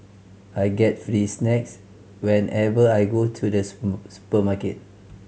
I get free snacks whenever I go to the supermarket